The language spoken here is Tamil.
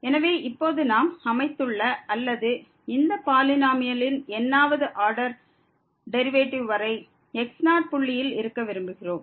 எனவே இப்போது நாம் அமைத்துள்ள அல்லது இந்த பாலினோமியலின் n வது ஆர்டர் டெரிவேட்டிவ் வரை x0 புள்ளியில் இருக்க விரும்புகிறோம்